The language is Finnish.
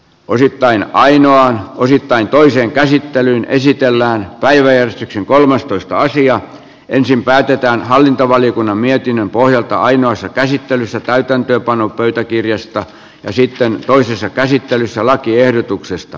osittain ainoa osittain toisen käsittelyn esitellään päiväjärjestyksen kolmastoista sija ensin päätetään hallintovaliokunnan mietinnön pohjalta ainoassa käsittelyssä täytäntöönpano pöytäkirjasta ja sitten toisessa käsittelyssä lakiehdotuksesta